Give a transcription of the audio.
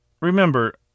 Remember